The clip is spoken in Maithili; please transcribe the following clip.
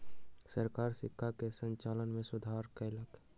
सरकार सिक्का के संरचना में सुधार कयलक